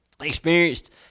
Experienced